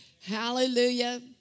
Hallelujah